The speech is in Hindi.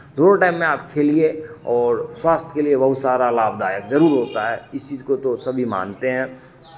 दो टाइम में आप खेलिए और स्वास्थ के लिए बहुत सारा लाभदायक ज़रूर होता है इस चीज़ को तो सभी मानते हैं